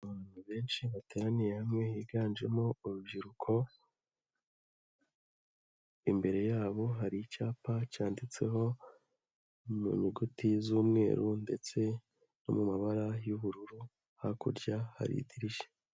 Abantu benshi bateraniye hamwe higanjemo urubyiruko, imbere yabo hari icyapa cyanditseho mu nyuguti z'umweru ndetse no mu mabara y'ubururu, hakurya hari idirishya.